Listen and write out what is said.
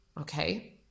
Okay